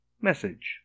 Message